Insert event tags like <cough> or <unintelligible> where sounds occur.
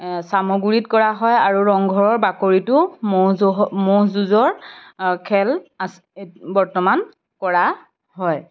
চামগুৰিত কৰা হয় আৰু ৰংঘৰৰ বাকৰিতো ম'হ <unintelligible> ম'হ যুঁজৰ খেল বৰ্তমান কৰা হয়